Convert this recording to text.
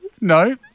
No